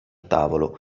tavolo